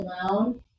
alone